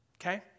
Okay